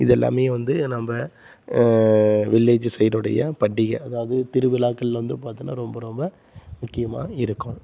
இதெல்லாமே வந்து நம்ப வில்லேஜு சைடு உடைய பண்டிகை அதாவது திருவிழாக்களில் வந்து பார்த்திங்கனா ரொம்ப ரொம்ப முக்கியமாக இருக்கும்